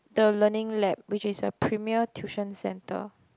the learning lab which is a premiere tuition centre